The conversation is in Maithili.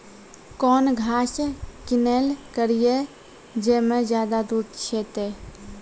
कौन घास किनैल करिए ज मे ज्यादा दूध सेते?